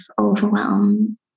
overwhelm